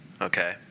okay